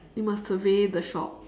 you must survey the shop